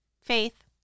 faith